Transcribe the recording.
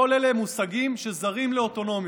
כל אלה הם מושגים שזרים לאוטונומיות,